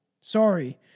Sorry